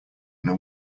know